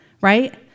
right